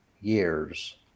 years